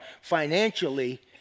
financially